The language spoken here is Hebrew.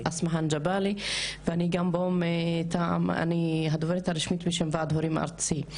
ואני גם פה מטעם הוועד ההורים הארצי,